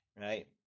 Right